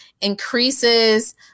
increases